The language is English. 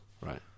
right